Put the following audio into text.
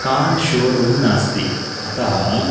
car showroom नास्ति अतः